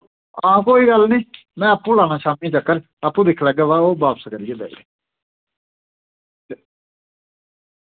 हां कोई गल्ल नी मैं आप्पू लाना शाम्मी चक्कर आप्पू दिक्ख लैगा वा ओ बाप्स करियै देओ